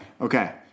Okay